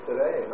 Today